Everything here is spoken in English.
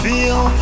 Feel